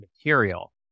material